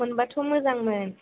मोनबाथ' मोजांमोन